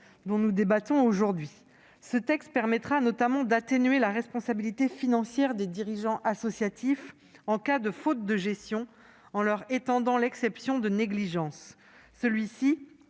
dont nous débattons aujourd'hui. Ce texte permettra notamment d'atténuer la responsabilité financière des dirigeants associatifs en cas de faute de gestion en leur étendant l'exception de négligence. Ce